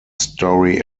story